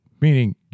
meaning